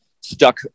stuck